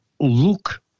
look